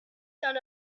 son